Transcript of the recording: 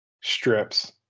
strips